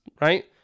right